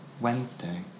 Wednesday